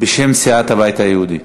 בשם סיעת הבית היהודי.